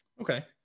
Okay